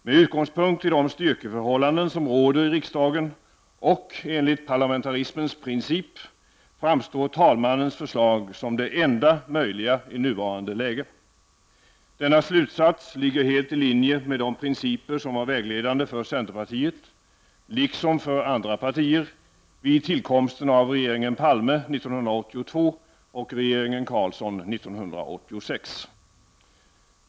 Med utgångspunkt i de styrkeförhållanden som råder i riksdagen och enligt parlamentarismens princip framstår talmannens förslag som det enda möjliga i nuvarande läge. Denna slutsats ligger helt i linje med de principer som varit vägledande för centerpartiet, liksom för andra partier, vid tillkomsten av regeringen Palme 1982 och regeringen Carlsson 1986.